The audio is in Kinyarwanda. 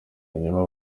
hanyuma